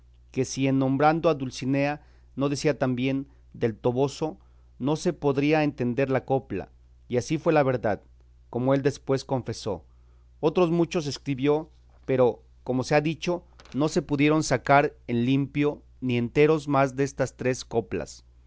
que si en nombrando a dulcinea no decía también del toboso no se podría entender la copla y así fue la verdad como él después confesó otros muchos escribió pero como se ha dicho no se pudieron sacar en limpio ni enteros más destas tres coplas